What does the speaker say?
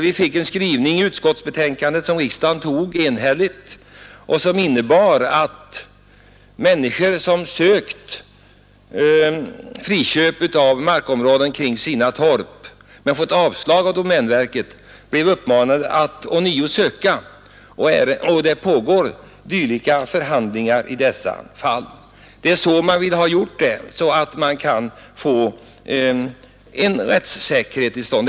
Vi fick en skrivning i utskottsbetänkandet som riksdagen antog enhälligt och som innebar att människor som sökte friköp av markområden kring sina torp men fått avslag av domänverket blev uppmanade att ånyo söka. Det pågår förhandlingar i dessa fall. Det är så man vill ha det gjort, så att man kan få rättssäkerhet till stånd.